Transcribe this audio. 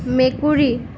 মেকুৰী